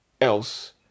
else